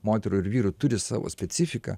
moterų ir vyrų turi savo specifiką